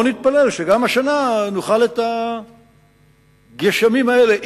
בואו נתפלל שהשנה נוכל את הגשמים האלה,